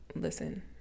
listen